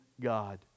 God